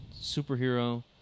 superhero